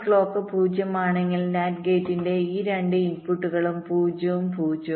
എന്നാൽ ക്ലോക്ക് 0 ആണെങ്കിൽ NAND ഗേറ്റിന്റെ ഈ രണ്ട് ഇൻപുട്ടുകളും 0 ഉം 0